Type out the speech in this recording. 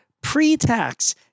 pre-tax